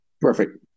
perfect